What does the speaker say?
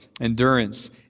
endurance